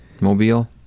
mobile